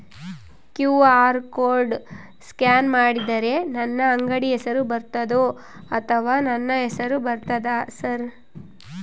QR code scan ಮಾಡಿದರೆ ನನ್ನ ಅಂಗಡಿ ಹೆಸರು ಬರ್ತದೋ ಅಥವಾ ನನ್ನ ಹೆಸರು ಬರ್ತದ ಸರ್?